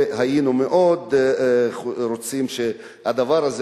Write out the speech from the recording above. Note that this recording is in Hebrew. והיינו מאוד רוצים שהדבר הזה,